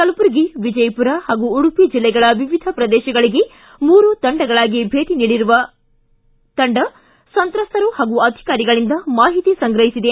ಕಲಬುರಗಿ ವಿಜಯಪುರ ಹಾಗೂ ಉಡುಪಿ ಜಿಲ್ಲೆಗಳ ವಿವಿಧ ಪ್ರದೇಶಗಳಿಗೆ ಮೂರು ತಂಡಗಳಾಗಿ ಭೇಟ ನೀಡಿರುವ ತಂಡ ಸಂತ್ರಸ್ತರು ಹಾಗೂ ಅಧಿಕಾರಿಗಳಿಂದ ಮಾಹಿತಿ ಸಂಗ್ರಹಿಸಿದೆ